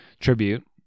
tribute